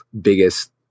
biggest